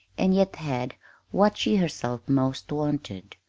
and yet had what she herself most wanted.